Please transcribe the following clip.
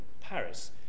Paris